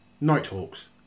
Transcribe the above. Nighthawks